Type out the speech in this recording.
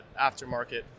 aftermarket